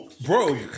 Bro